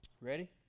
Ready